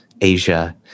Asia